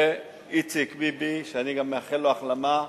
ואיציק ביבי, שאני גם מאחל לו החלמה,